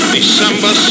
December